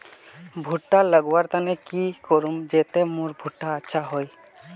भुट्टा लगवार तने की करूम जाते मोर भुट्टा अच्छा हाई?